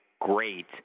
great